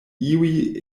iuj